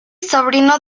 sobrino